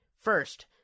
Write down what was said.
First